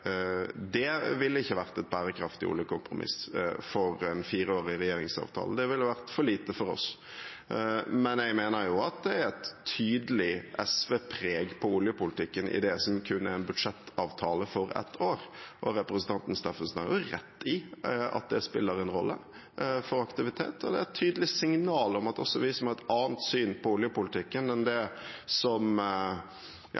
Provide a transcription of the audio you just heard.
det ikke ville vært et bærekraftig oljekompromiss for en fireårig regjeringsavtale. Det ville vært for lite for oss. Men jeg mener at det er et tydelig SV-preg på oljepolitikken i det som kun er en budsjettavtale for ett år. Representanten Steffensen har rett i at det spiller en rolle for aktivitet, og det er et tydelig signal om at også vi som har et annet syn på oljepolitikken enn det